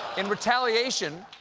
in retaliation,